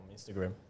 Instagram